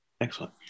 Excellent